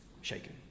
shaken